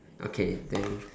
okay then